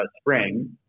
spring